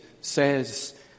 says